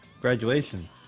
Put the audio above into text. graduation